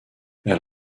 elle